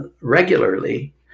regularly